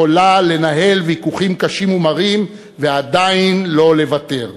יכולה לנהל ויכוחים קשים ומרים ועדיין לא לוותר.